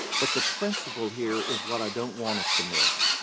but the principle here is what i don't want us to miss.